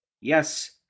yes